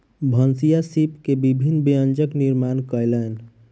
भनसिया सीप के विभिन्न व्यंजनक निर्माण कयलैन